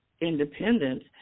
independent